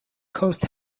coast